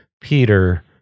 Peter